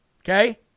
okay